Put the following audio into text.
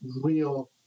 real